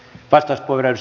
arvoisa puhemies